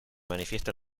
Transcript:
manifiesta